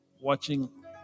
watching